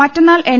മറ്റുന്നാൾ N